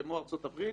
כמו ארצות הברית,